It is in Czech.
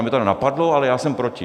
Mě to nenapadlo, ale já jsem proti.